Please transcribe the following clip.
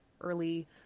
early